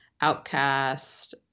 outcast